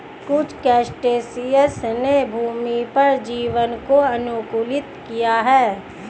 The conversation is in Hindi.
कुछ क्रस्टेशियंस ने भूमि पर जीवन को अनुकूलित किया है